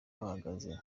bahagaze